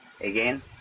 again